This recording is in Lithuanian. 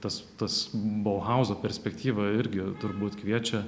tas tas bohauzo perspektyva irgi turbūt kviečia